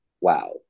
wow